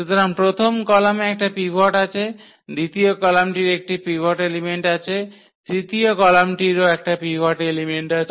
সুতরাং প্রথম কলামে একটা পিভট আছে দ্বিতীয় কলামটির একটি পিভট এলিমেন্ট আছে এবং তৃতীয় কলামটিরও একটা পিভট এলিমেন্ট আছে